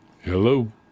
Hello